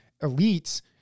elites